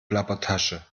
plappertasche